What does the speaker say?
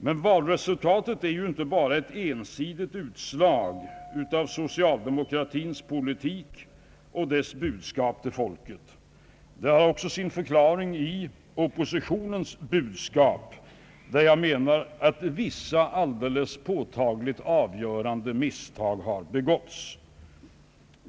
Men valresultatet är inte bara ett ensidigt utslag av socialdemokratins politik och dess budskap till folket. Det har också sin förklaring i oppositionens budskap, där jag anser att vissa alldeles påtagligt avgörande misstag begåtts.